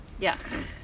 yes